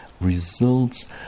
results